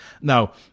Now